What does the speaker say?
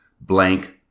blank